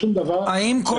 אני לא